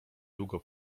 długo